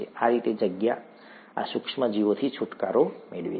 આ રીતે જગ્યા આ સૂક્ષ્મ જીવોથી છુટકારો મેળવે છે